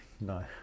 no